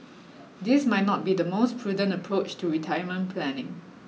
this might not be the most prudent approach to retirement planning